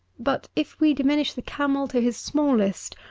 but if we diminish the camel to his smallest,